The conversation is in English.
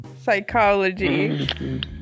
psychology